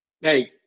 Hey